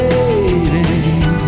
Waiting